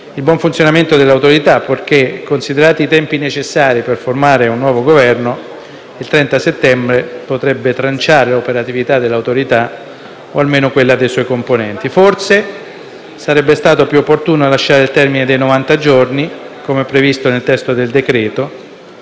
il buon funzionamento dell'Autorità, perché, considerati i tempi necessari per formare un nuovo Governo, stabilire un termine al 30 settembre potrebbe significare tranciare l'operatività dell'Autorità o almeno quella dei suoi componenti. Forse sarebbe stato più opportuno lasciare il termine dei novanta giorni, come previsto nel testo del decreto-legge: